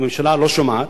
הממשלה לא שומעת: